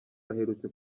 aherutse